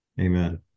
Amen